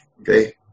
Okay